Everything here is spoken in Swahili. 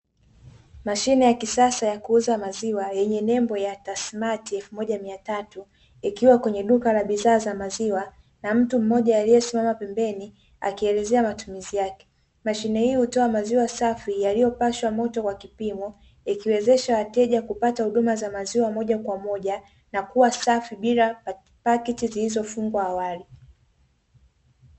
Mashine ya kisasa ya kuuza maziwa yenye nembo ya ''Tasmatt elfu moja mia tatu'', ikiwa kwenye duka la bidhaa za maziwa, na mtu mmoja aliyesimama pembeni, akielezea matumizi yake. Mashine hii hutoa maziwa safi yaliyopashwa moto kwa kipimo, ikiwezesha wateja kupata huduma za maziwa moja kwa moja, na kuwa safi, bila paketi zilizofungwa awali.